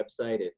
website